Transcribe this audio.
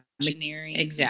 engineering